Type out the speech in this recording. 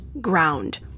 ground